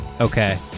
Okay